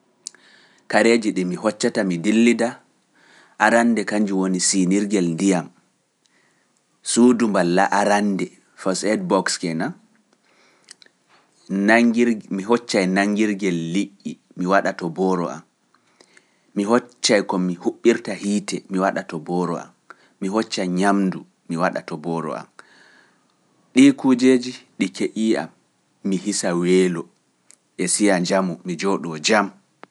Kareeji ɗi mi hoccata mi dillida, arande kanji woni siinirgel ndiyam, suudu mballa arande First aid box, mi hoccay nanngirgel liƴƴi mi waɗa to booro am, mi hoccay ko mi huɓɓirta hiite mi waɗa to booro am, mi hoccay ñamdu mi waɗa to booro am, ɗii kujeeji ɗi keƴii am, mi hisa weelo, e siya njamu mi jooɗu wo jam.